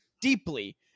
deeply